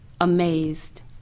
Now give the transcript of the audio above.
amazed